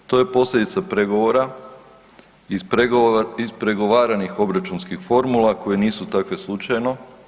To je posljedica pregovora ispregovaranih obračunskih formula koje nisu takve slučajno.